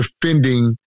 defending